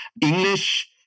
English